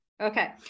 Okay